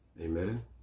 Amen